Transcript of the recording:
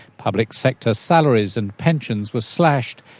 public sector salaries and pensions were slashed.